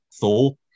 Thor